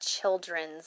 children's